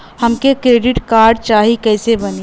हमके credit card चाही कैसे बनी?